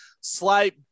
slight